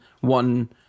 one